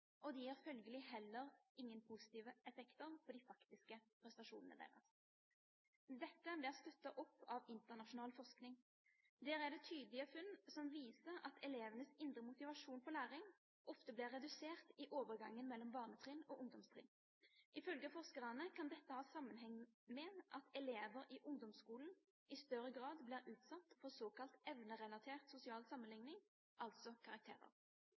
og det har følgelig heller ingen positive effekter på de faktiske prestasjonene deres. Dette blir støttet av internasjonal forskning. Der er det tydelige funn som viser at elevenes indre motivasjon for læring ofte blir redusert i overgangen mellom barneskolen og ungdomstrinnet. Ifølge forskerne kan dette ha sammenheng med at elever i ungdomsskolen i større grad blir utsatt for såkalt evnerelatert sosial sammenligning, altså karakterer.